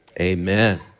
amen